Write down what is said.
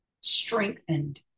strengthened